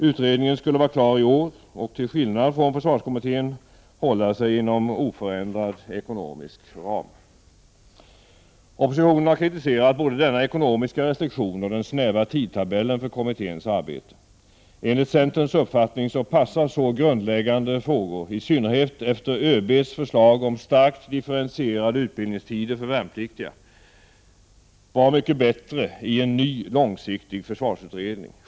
Utredningen skulle vara klar i år och — till skillnad från försvarskommittén — hålla sig inom oförändrad ekonomisk ram. Oppositionen har kritiserat både denna ekonomiska restriktion och den snäva tidtabellen för kommitténs arbete. Enligt centerns uppfattning passar så grundläggande frågor — i synnerhet efter ÖB:s förslag om starkt differentierade utbildningstider för värnpliktiga — mycket bättre i en ny långsiktig försvarsutredning.